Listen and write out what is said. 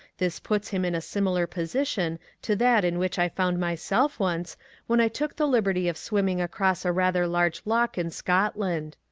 this puts him in a similar position to that in which i found myself once when i took the liberty of swimming across a rather large loch in scotland.